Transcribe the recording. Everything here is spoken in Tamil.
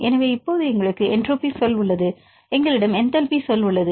எனவே இப்போது எங்களுக்கு என்ட்ரோபிக் சொல் உள்ளது எங்களிடம் என்டால்பிக் சொல் உள்ளது